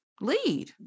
lead